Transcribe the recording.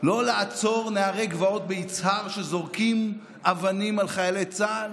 לא לעצור נערי גבעות ביצהר כשזורקים אבנים על חיילי צה"ל?